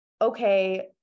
okay